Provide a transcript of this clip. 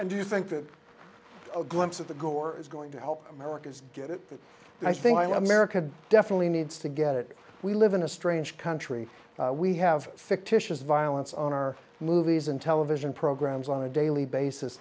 and do you think that a glimpse at the gore is going to help americans get it i think i love america definitely needs to get it we live in a strange country we have fictitious violence on our movies and television programs on a daily basis